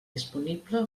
disponible